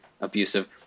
abusive